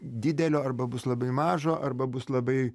didelio arba bus labai mažo arba bus labai